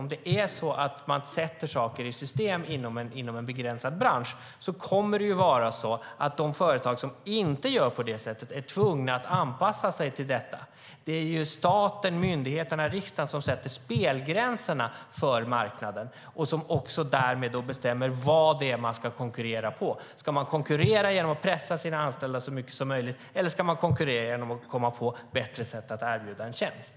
Om vissa sätter saker i system inom en begränsad bransch kommer de företag som inte gör det att bli tvungna att anpassa sig till detta. Det är staten, myndigheterna, riksdagen som sätter spelgränserna för marknaden och som därmed också bestämmer vad det är man ska konkurrera med. Ska man konkurrera genom att pressa sina anställda så mycket som möjligt, eller ska man konkurrera genom att komma på bättre sätt att erbjuda en tjänst?